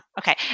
Okay